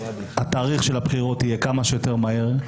שהתאריך של הבחירות יהיה כמה שיותר מהר,